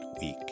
week